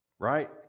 Right